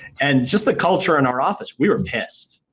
and just the culture in our office, we were pissed.